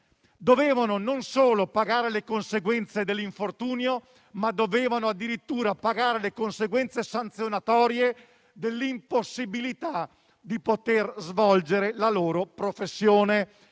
dovevano non solo pagare le conseguenze dell'infortunio, ma addirittura pagare le conseguenze sanzionatorie dell'impossibilità di poter svolgere la loro professione.